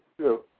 true